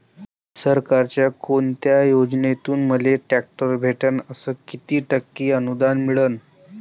सरकारच्या कोनत्या योजनेतून मले ट्रॅक्टर भेटन अस किती टक्के अनुदान मिळन?